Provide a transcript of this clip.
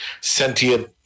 sentient